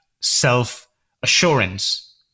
self-assurance